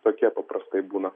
tokie paprastai būna